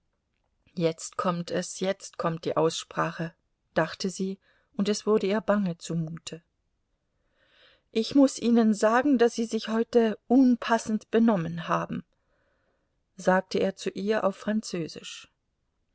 jetzt kommt es jetzt kommt die aussprache dachte sie und es wurde ihr bange zumute ich muß ihnen sagen daß sie sich heute unpassend benommen haben sagte er zu ihr auf französisch